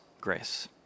grace